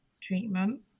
treatment